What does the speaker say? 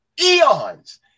eons